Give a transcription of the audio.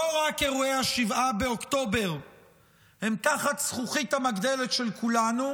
לא רק אירועי 7 באוקטובר הם תחת זכוכית מגדלת של כולנו,